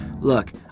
look